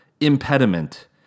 impediment